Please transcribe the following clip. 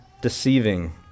deceiving